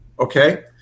Okay